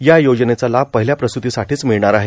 या योजनेचा लाभ पहिल्या प्रसूतीसाठीच मिळणार आहे